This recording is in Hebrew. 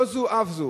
לא זו אף זו,